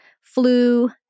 flu